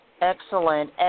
Excellent